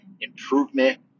improvement